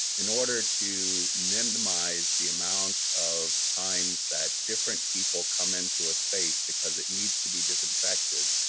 in order to minimize the amount of times that different people come into a space because it needs to be disinfected.